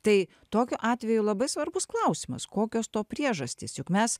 tai tokiu atveju labai svarbus klausimas kokios to priežastys juk mes